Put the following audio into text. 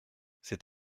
c’est